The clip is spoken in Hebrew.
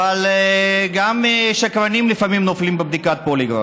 וגם שקרנים לפעמים נופלים בדיקת פוליגרף.